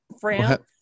France